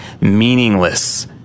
meaningless